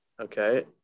okay